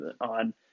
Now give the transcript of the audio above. on